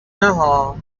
نهها